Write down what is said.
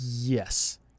Yes